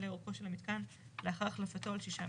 אורכו של המיתקן לאחר החלפתו על 6 מטרים.